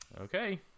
okay